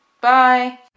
Bye